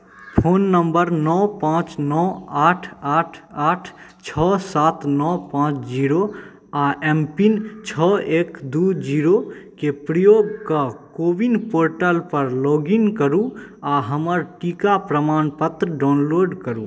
phone number नओ पाँच नओ आठ आठ आठ छओ सात नओ पाँच जीरो आ एम पिन छओ एक दू जीरो के प्रयोग कऽ कोविन पोर्टल पर लॉग इन करू आ हमर टीका प्रमाण पत्र डाउनलोड करू